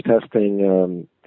testing